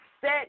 set